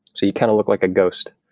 so you kind of look like a ghost.